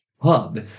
Hub